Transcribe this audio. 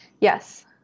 Yes